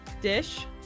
dish